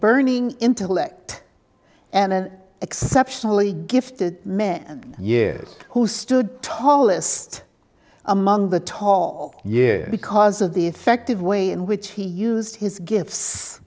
burning intellect and an exceptionally gifted man years who stood tallest among the tall year because of the effective way in which he used his g